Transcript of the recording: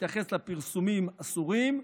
המתייחס לפרסומים אסורים,